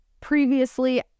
previously